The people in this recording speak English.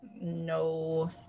no